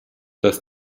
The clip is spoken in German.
dass